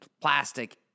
plastic